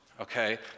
okay